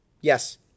Yes